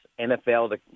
NFL